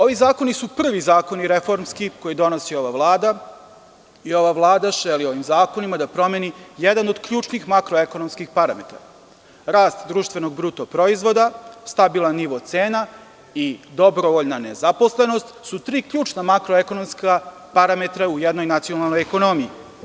Ovi zakoni su prvi zakoni reformski koje donosi ova Vlada i ova Vlada želi ovim zakonima da promeni jedan od ključnih makro ekonomskih parametra, rast društvenog bruto proizvoda, stabilan nivo cena i dobrovoljna nezaposlenost su tri ključna makro ekonomska parametra u jednoj nacionalnoj ekonomiji.